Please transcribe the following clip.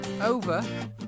over